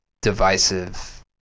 divisive